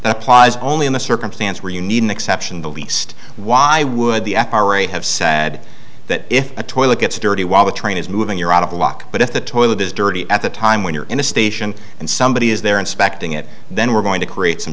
that applies only in a circumstance where you need an exception the least why would the f r a have said that if a toilet gets dirty while the train is moving you're out of luck but if the toilet is dirty at the time when you're in a station and somebody is there inspecting it then we're going to create some